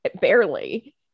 barely